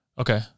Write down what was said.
Okay